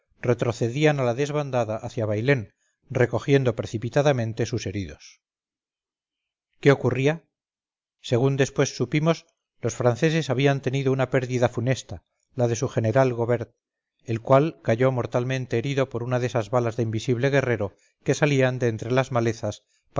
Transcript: retrocedían a la desbandada hacia bailén recogiendo precipitadamente sus heridos qué ocurría según después supimos los franceses había tenido una pérdida funesta la de su general gobert el cual cayó mortalmente herido por una de esas balas de invisible guerrero que salían de entre las malezas